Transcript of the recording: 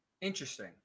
Interesting